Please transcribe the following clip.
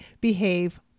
behave